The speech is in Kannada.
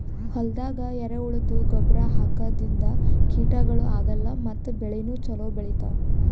ಹೊಲ್ದಾಗ ಎರೆಹುಳದ್ದು ಗೊಬ್ಬರ್ ಹಾಕದ್ರಿನ್ದ ಕೀಟಗಳು ಆಗಲ್ಲ ಮತ್ತ್ ಬೆಳಿನೂ ಛಲೋ ಬೆಳಿತಾವ್